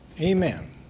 Amen